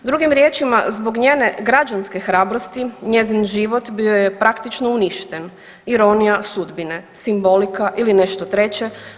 Drugim riječima zbog njene građanske hrabrosti njezin život bio je praktično uništen, ironija sudbine, simbolika ili nešto treće.